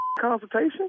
consultation